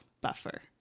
Buffer